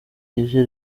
ije